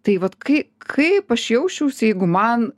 tai vat kai kaip aš jausčiaus jeigu man